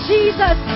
Jesus